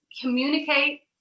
communicate